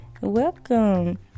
Welcome